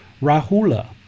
Rahula